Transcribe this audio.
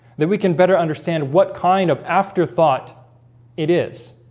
then we can better understand what kind of afterthought it is?